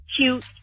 cute